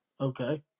Okay